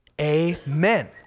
Amen